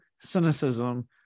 cynicism